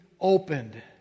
opened